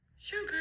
sugar